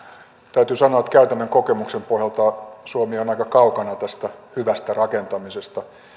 täytyy sanoa että käytännön kokemuksen pohjalta suomi on aika kaukana tästä hyvästä rakentamisesta